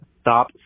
Stop